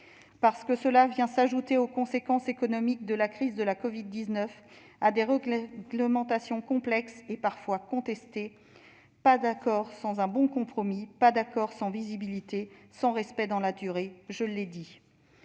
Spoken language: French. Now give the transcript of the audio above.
vient en effet s'ajouter aux conséquences économiques de la crise de la covid-19, ainsi qu'à des réglementations complexes et parfois contestées. Pas d'accord sans un bon compromis, pas d'accord sans visibilité, sans respect dans la durée : je l'ai dit,